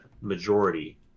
majority